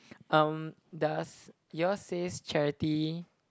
um does your says charity